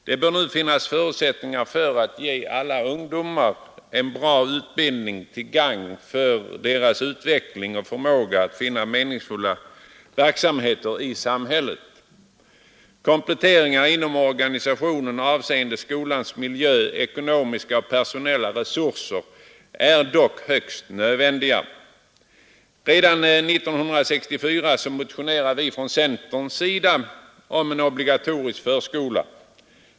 Det bör nu finnas förutsättningar att ge alla ungdomar en bra utbildning till gagn för deras utveckling och förmåga att finna meningsfulla verksamheter i samhället Kompletteringar inom organisationen avseende skolans miljö, ekonomiska och personella resurser är dock högst nödvändiga. Redan 1964 motionerade vi från centerns sida om en obligatorisk förskola.